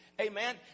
Amen